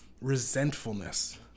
resentfulness